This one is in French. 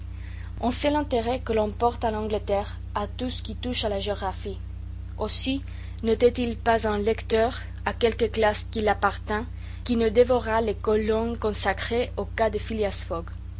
on sait l'intérêt que l'on porte en angleterre à tout ce qui touche à la géographie aussi n'était-il pas un lecteur à quelque classe qu'il appartînt qui ne dévorât les colonnes consacrées au cas de phileas